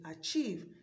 achieve